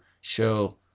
show